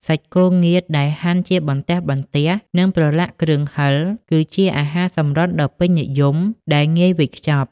សាច់គោងៀតដែលហាន់ជាបន្ទះៗ និងប្រឡាក់គ្រឿងហិរ គឺជាអាហារសម្រន់ដ៏ពេញនិយមដែលងាយវេចខ្ចប់។